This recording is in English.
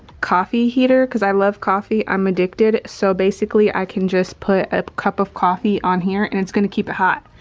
coffee heater cause i love coffee. i'm addicted. so basically i can just put a cup of coffee on here, and it's gonna keep it hot.